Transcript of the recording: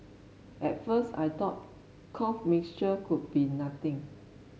at first I thought cough mixture could be nothing